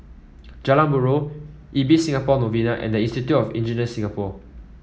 Jalan Buroh Ibis Singapore Novena and Institute of Engineers Singapore